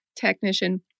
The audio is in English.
technician